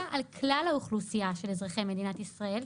על כלל האוכלוסייה של אזרחי מדינת ישראל,